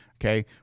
Okay